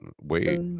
wait